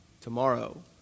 tomorrow